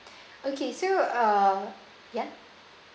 okay so uh ya